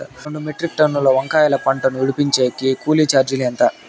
రెండు మెట్రిక్ టన్నుల వంకాయల పంట ను విడిపించేకి కూలీ చార్జీలు ఎంత?